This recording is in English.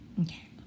Okay